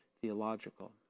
theological